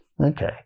okay